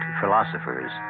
philosophers